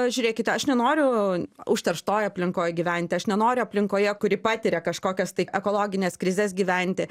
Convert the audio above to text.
žiūrėkite aš nenoriu užterštoj aplinkoj gyventi aš nenoriu aplinkoje kuri patiria kažkokias tai ekologines krizes gyventi